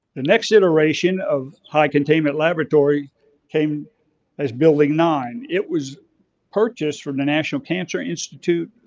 next iteration of high containment laboratory came as building nine. it was purchased from the national cancer institute,